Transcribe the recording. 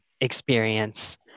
experience